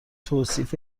توصیف